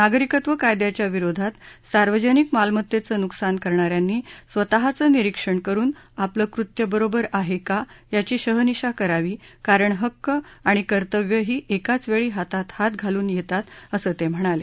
नागरिकत्व कायद्याच्या विरोधात सार्वजनिक मालमत्तेचं नुकसान करणाऱ्यांनी स्वतःच निरीक्षण करुन आपलं कृत्य बरोबर आहे का याची शहानिशा करावी कारण हक्क आणि कर्तव्यही एकाच वेळी हातात हात घालून येतात असं ते म्हणाले